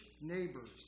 neighbors